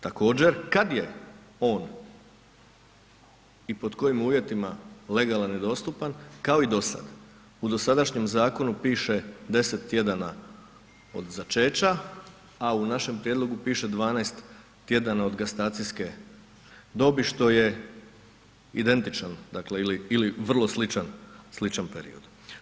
Također kad je on i pod kojim uvjetima legalan i dostupan kao i do sada, u dosadašnjem zakonu piše 10 tjedana od začeća, a u našem prijedlogu piše 12 tjedana od gastacijske dobi što je identičan ili vrlo sličan period.